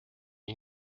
une